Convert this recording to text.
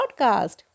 podcast